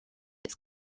its